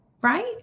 right